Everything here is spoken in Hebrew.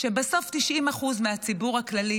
שבסוף 90% מהציבור הכללי